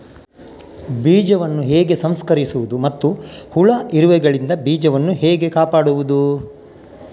ಬೀಜವನ್ನು ಹೇಗೆ ಸಂಸ್ಕರಿಸುವುದು ಮತ್ತು ಹುಳ, ಇರುವೆಗಳಿಂದ ಬೀಜವನ್ನು ಹೇಗೆ ಕಾಪಾಡುವುದು?